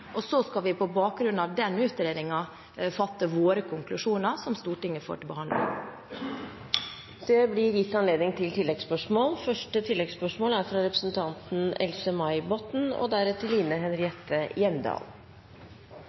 og så skal vi på bakgrunn av den utredningen fatte våre konklusjoner, som Stortinget får til behandling. Det blir gitt anledning til oppfølgingsspørsmål – først Else-May Botten. Ved salg av Statskog er det åpenbart at rettighetene til jakt og